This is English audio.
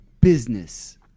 business